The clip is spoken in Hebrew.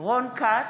בהצבעה רון כץ,